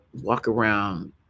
walk-around